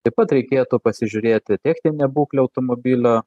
taip pat reikėtų pasižiūrėti techninę būklę automobilio